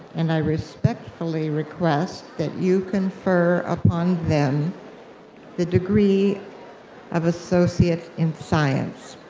and i respectfully request that you confer upon them the degree of associate in science.